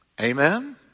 Amen